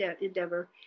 endeavor